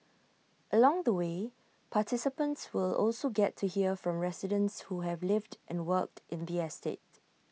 along the way participants will also get to hear from residents who have lived and worked in the estate